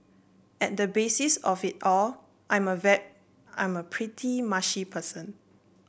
at the basis of it all I am a I am a pretty mushy person